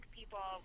people